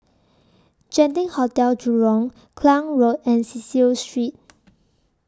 Genting Hotel Jurong Klang Road and Cecil Street